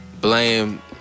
blame